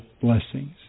blessings